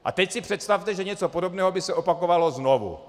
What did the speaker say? A teď si představte, že něco podobného by se opakovalo znovu.